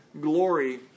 glory